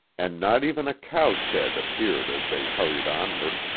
and not even a cow shed appeared as they hurried onward,